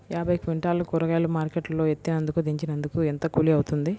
యాభై క్వింటాలు కూరగాయలు మార్కెట్ లో ఎత్తినందుకు, దించినందుకు ఏంత కూలి అవుతుంది?